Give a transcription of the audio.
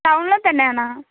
ടൗണിൽ തന്നെയാണ്